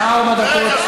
יש לי ארבע דקות.